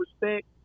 respect